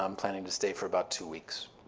um planning to stay for about two weeks.